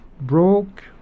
broke